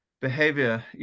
behavior